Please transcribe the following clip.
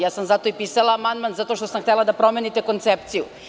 Ja sam zato i pisala amandman, zato što sam htela da promenite koncepciju.